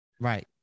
Right